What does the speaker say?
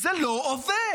זה לא עובד.